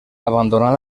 abandonar